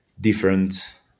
different